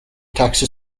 taxi